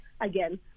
again